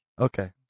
Okay